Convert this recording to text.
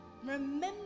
remember